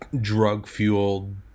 drug-fueled